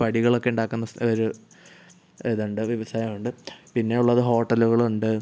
പടികളോക്കെ ഉണ്ടാക്കുന്ന സ്ഥലം ഒരു ഇതിണ്ട് വ്യവസായം ഉണ്ട് പിന്നെ ഉള്ളത് ഹോട്ടലുകൾ ഉണ്ട്